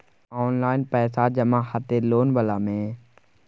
Online पैसा जमा हते लोन वाला में?